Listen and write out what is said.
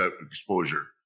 exposure